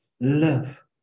love